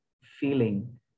feeling